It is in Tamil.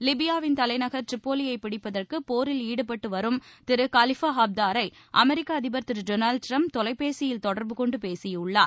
லிபியாவில் தலைநகர் திரிபோலியை பிடிப்பதற்கு போரில் ஈடுபட்டு வரும் திரு காலிஃபா ஹப்தாரை அமெரிக்க அதிபர் திரு டொனால்டு டிரம்ப் தொலைபேசியில் தொடர்புகொண்டு பேசியுள்ளார்